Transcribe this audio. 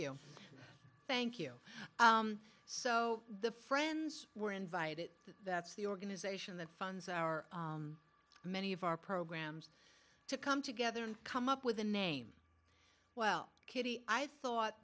you thank you so the friends were invited that's the organization that funds our many of our programs to come together and come up with a name well kitty i thought